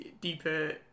deeper